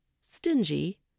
stingy